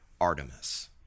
Artemis